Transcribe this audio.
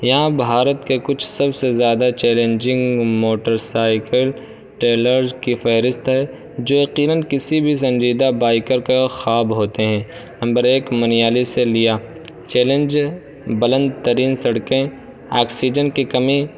یہاں بھارت کے کچھ سب سے زیادہ چیلنجنگ موٹر سائیکل ٹریلز کی فہرست ہے جو یقیناً کسی بھی سنجیدہ بائکر کا خواب ہوتے ہیں نمبر ایک منالی سے لیہ چیلنج بلند ترین سڑکیں آکسیجن کی کمی